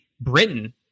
Britain